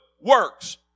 works